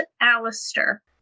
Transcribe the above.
Alistair